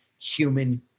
human